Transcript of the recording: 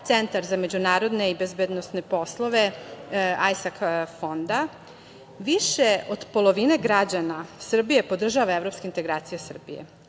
Centar za međunarodne i bezbednosne poslove ISAK fonda, više od polovine građana Srbije podržava evropske integracije Srbije.